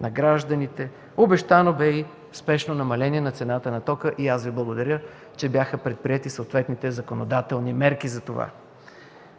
на гражданите. Обещано бе спешно намаляване на цената на тока и аз Ви благодаря, че за това бяха предприети съответните законодателни мерки.